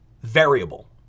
variable